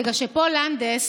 בגלל שפול לנדס